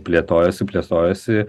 plėtojosi plėtojosi